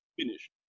Finish